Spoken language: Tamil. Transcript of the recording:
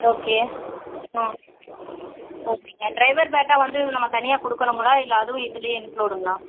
ஓகே ம் ஓகேங்க ட்ரைவர் பேட்டா வந்து நம்ம தனியாக கொடுக்கணுங்களா இல்லை அதுவும் இதிலியே இன்க்ளூடுங்களா